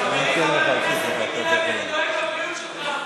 חברי חבר הכנסת לוי, אני דואג לבריאות שלך.